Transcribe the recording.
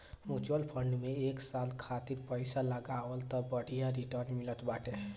mutual fund में एक साल खातिर पईसा लगावअ तअ बढ़िया रिटर्न मिलत बाटे